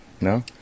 No